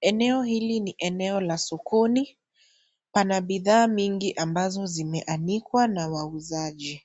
Eneo hili ni eneo la sokoni, pana bidhaa mingi ambazo zimeanikwa na wauzaji.